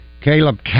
Caleb